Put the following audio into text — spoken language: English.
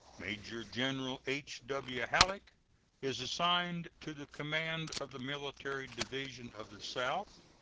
major-general h w. halleck is assigned to the command of the military division of the south,